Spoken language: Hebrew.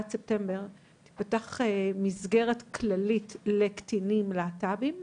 ספטמבר מסגרת כללית לקטינים להט"בים,